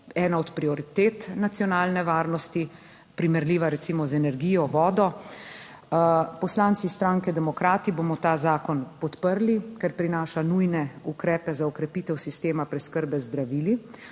ena od prioritet nacionalne varnosti, primerljiva recimo z energijo, vodo. Poslanci Socialne demokrati bomo ta zakon podprli, ker prinaša nujne ukrepe za okrepitev sistema preskrbe z zdravili,